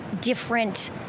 different